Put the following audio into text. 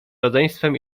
rodzeństwem